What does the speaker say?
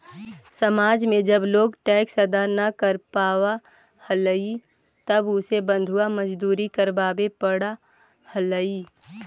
समाज में जब लोग टैक्स अदा न कर पावा हलाई तब उसे बंधुआ मजदूरी करवावे पड़ा हलाई